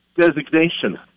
designation